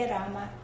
Rama